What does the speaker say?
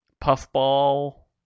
puffball